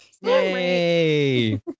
Yay